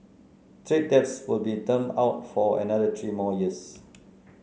trade debts will be termed out for another three more years